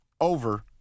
over